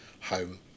home